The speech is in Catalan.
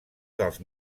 dels